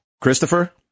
Christopher